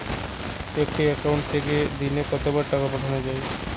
একটি একাউন্ট থেকে দিনে কতবার টাকা পাঠানো য়ায়?